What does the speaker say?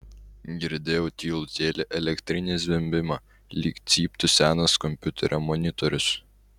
girdėjau tylutėlį elektrinį zvimbimą lyg cyptų senas kompiuterio monitorius